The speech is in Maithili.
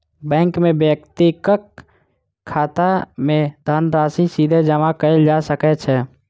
बैंक मे व्यक्तिक खाता मे धनराशि सीधे जमा कयल जा सकै छै